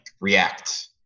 react